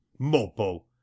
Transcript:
mopo